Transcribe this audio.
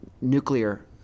nuclear